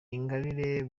ingabire